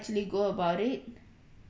actually go about it